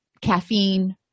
caffeine